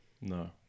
no